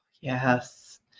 Yes